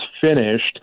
finished